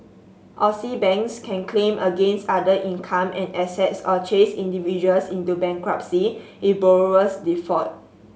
Aussie banks can claim against other income and assets or chase individuals into bankruptcy if borrowers default